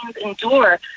endure